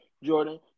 Jordan